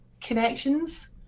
connections